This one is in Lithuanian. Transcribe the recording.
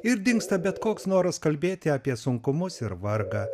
ir dingsta bet koks noras kalbėti apie sunkumus ir vargą